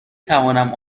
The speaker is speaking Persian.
توانم